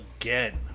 again